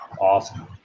Awesome